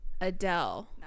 Adele